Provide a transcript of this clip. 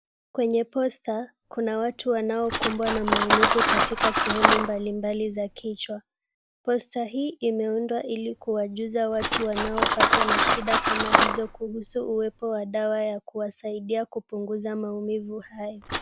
Kwenye poster kuna watu wanaokumbwa na maumivu katika sehemu mbali mbali za kichwa. Poster hii imeundwa ili kuwajuza watu ambao wanapatwa na shida kama hizo kuhusu kuwepo kwa dawa ya kuwasaidia kupunguza maumivu haya.